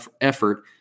effort